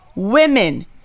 women